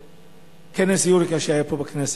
כנס "יוריקה" שהיה פה בכנסת.